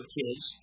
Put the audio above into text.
kids